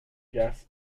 gas